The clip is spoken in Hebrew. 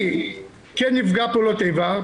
אני כן נפגע פעולות איבה,